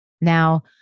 Now